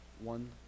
one